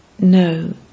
No